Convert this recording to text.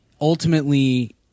ultimately